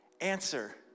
answer